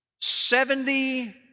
Seventy